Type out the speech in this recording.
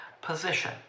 position